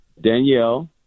Danielle